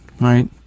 right